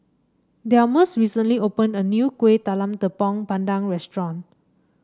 Delmus recently opened a new Kueh Talam Tepong Pandan Restaurant